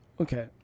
Okay